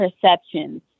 perceptions